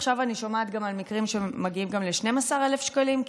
עכשיו אני שומעת גם על מקרים שמגיעים ל-12,000 שקלים,